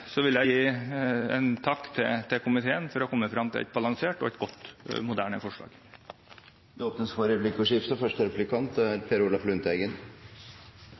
vil jeg gi en takk til komiteen for å ha kommet frem til et balansert, godt og moderne forslag. Det blir replikkordskifte. Mitt spørsmål gjelder lengden på perioden. Det har vært en lang diskusjon om lengden i karanteneloven, som er